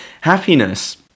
Happiness